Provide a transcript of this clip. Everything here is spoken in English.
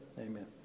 Amen